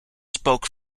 spoke